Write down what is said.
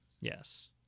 Yes